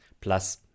plus